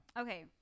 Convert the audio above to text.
Okay